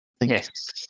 Yes